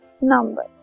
number